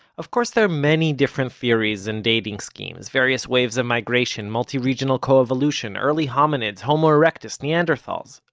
of course, there are many different theories and dating schemes, various waves of migration, multi-regional co-evolution, early hominids, homo-erectus, neanderthals,